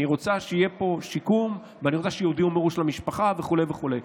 אני רוצה שיהיה פה שיקום ואני רוצה שיודיעו מראש למשפחה וכו' וכו'.